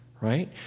right